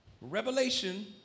Revelation